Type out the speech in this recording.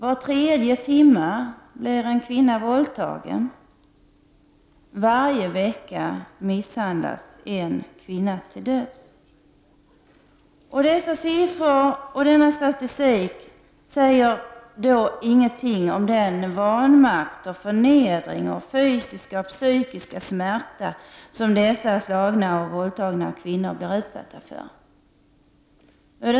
Var tredje timme blir en kvinna våldtagen. Varje vecka misshandlas en kvinna till döds. Dessa siffror säger då ingenting om den vanmakt, förnedring och fysiska och psykiska smärta som slagna och våldtagna kvinnor bli utsatta för.